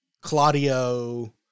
Claudio